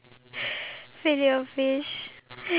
have you tried it before